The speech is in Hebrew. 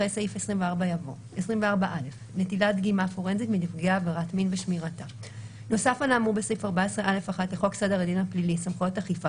אחרי סעיף 24 יבוא: "נטילת דגימה פורנזית מנפגעי עבירת מין ושמירתה 24א. (א)נוסף על האמור בסעיף 14(א)(1) לחוק סדר הדין הפלילי (סמכויות אכיפה,